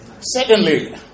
Secondly